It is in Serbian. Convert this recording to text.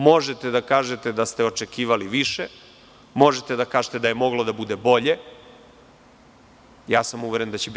Možete da kažete da ste očekivali više, možete da kažete da je moglo da bude bolje, ja sam uveren da će biti bolje.